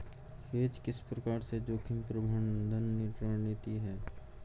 Hedge किस प्रकार से जोखिम प्रबंधन रणनीति है?